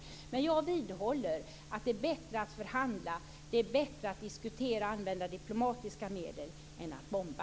Men jag vidhåller att det är bättre att förhandla. Det är bättre att diskutera och använda diplomatiska medel än att bomba.